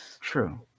True